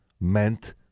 meant